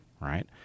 right